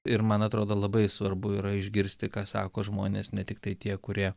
ir man atrodo labai svarbu yra išgirsti ką sako žmonės ne tiktai tie kurie